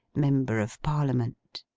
member of parliament.